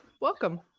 welcome